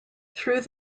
through